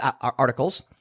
articles